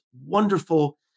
wonderful